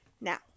Now